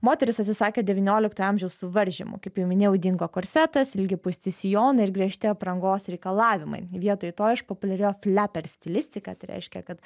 moterys atsisakė devynioliktojo amžiaus suvaržymų kaip jau minėjau dingo korsetas ilgi pūsti sijonai ir griežti aprangos reikalavimai vietoj to išpopuliarėjo fleper stilistika tai reiškia kad